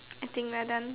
I think we're done